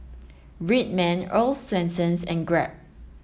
Red Man Earl's Swensens and Grab